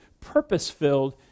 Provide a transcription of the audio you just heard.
purpose-filled